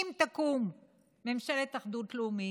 אם תקום ממשלת אחדות לאומית,